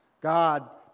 God